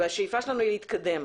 והשאיפה שלנו היא להתקדם.